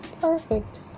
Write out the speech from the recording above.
perfect